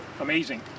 amazing